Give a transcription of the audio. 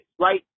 right